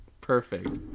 Perfect